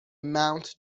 mount